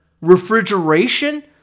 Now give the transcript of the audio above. refrigeration